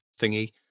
thingy